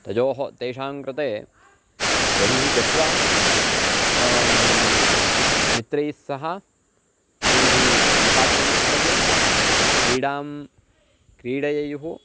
तयोः तेषां कृते बहिः गत्वा मित्रैस्सह तैः सम्भाषणं कर्तव्यं क्रीडां क्रीडयेयुः